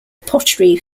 pottery